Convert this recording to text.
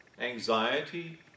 anxiety